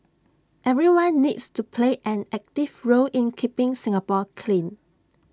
everyone needs to play an active role in keeping Singapore clean